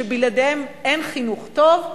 שבלעדיהם אין חינוך טוב,